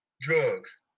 drugs